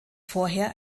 vorher